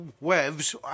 Webs